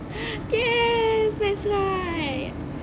yes that's right